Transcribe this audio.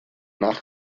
nach